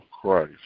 Christ